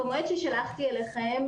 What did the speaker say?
במועד ששלחתי אליכם,